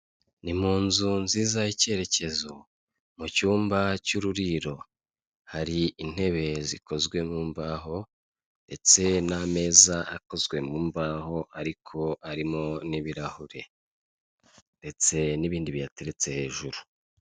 Ni munzu nziza y'icyerekezo mucyumba cy'ururiro, hari intebe zikozwe mumbaho ndetse n'ameza akozwe mumbaho ariko arimo n'ibirahure, ndetse n'ibindi biyateretse hejuru.